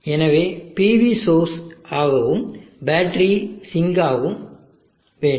எனவே PV source ஆகவும் battery sink ஆகவும் வேண்டும்